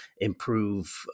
improve